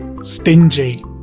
Stingy